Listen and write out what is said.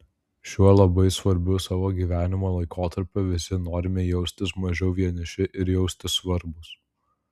šiuo labai svarbiu savo gyvenimo laikotarpiu visi norime jaustis mažiau vieniši ir jaustis svarbūs